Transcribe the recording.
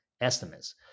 estimates